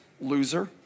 loser